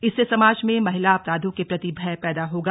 इससे समाज में महिला अपराधों के प्रति भय पैदा होगा